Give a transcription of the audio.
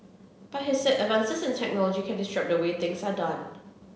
but he said advances in technology can disrupt the way things are done